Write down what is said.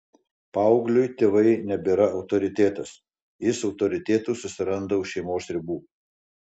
paaugliui tėvai nebėra autoritetas jis autoritetų susiranda už šeimos ribų